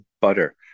butter